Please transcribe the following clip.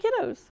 kiddos